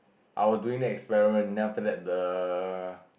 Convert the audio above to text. I was doing an experiment then after that the